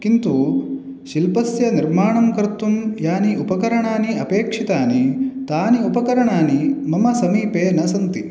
किन्तु शिल्पस्य निर्माणं कर्तुं यानि उपकरणानि अपेक्षितानि तानि उपकरणानि मम समीपे न सन्ति